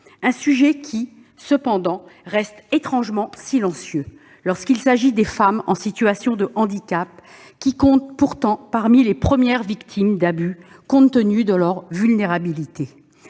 Un sujet qui, cependant, reste étrangement silencieux lorsqu'il s'agit des femmes en situation de handicap, qui comptent pourtant parmi les premières victimes d'abus, compte tenu de leur vulnérabilité.